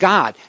God